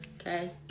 Okay